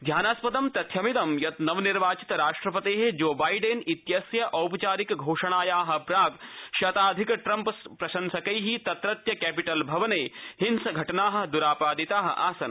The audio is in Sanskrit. ध्यानास्पदं अस्ति यत् नवनिर्वाचित राष्ट्रपताओ बाइड्री इत्यस्य औपचारिक घोषणाया प्राक् शताधिक ट्रम्पप्रशंसकै तत्रत्य कैपिटल भवन हिंस घटना द्रापादिता आसन्